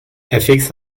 ethics